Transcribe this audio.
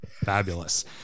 Fabulous